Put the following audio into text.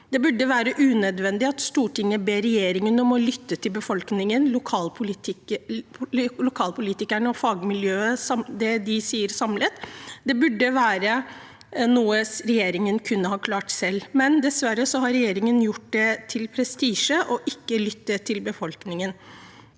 Det burde være unødvendig for Stortinget å be regjeringen om å lytte til befolkningen, lokalpolitikere og det et samlet fagmiljø sier. Det burde være noe regjeringen klarte selv, men dessverre har regjeringen gjort det til prestisje ikke å lytte til befolkningen.